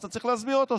אתה צריך להסביר אותו.